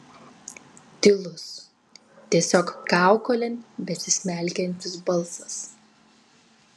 tylus tiesiog kaukolėn besismelkiantis balsas